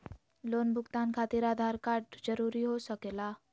Loan भुगतान खातिर Aadhaar card जरूरी हो सके ला?